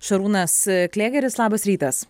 šarūnas klėgeris labas rytas